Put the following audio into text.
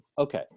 Okay